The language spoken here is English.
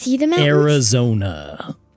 Arizona